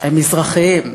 הם מזרחים,